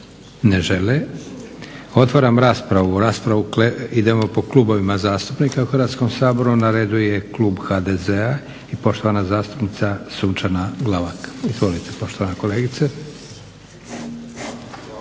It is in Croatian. Ne žele. Otvaram raspravu. Idemo po klubovima zastupnika u Hrvatskom saboru. Na redu je Klub HDZ-a i poštovana zastupnica Sunčana Glavak. Izvolite poštovana kolegice.